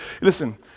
listen